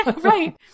Right